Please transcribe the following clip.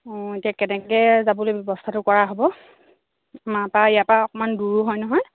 অঁ এতিয়া কেনেকৈ যাবলৈ ব্যৱস্থাটো কৰা হ'ব আমাৰপৰা ইয়াৰপৰা অকণমান দূৰো হয় নহয়